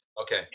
Okay